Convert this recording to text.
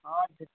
हजुर